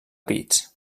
pits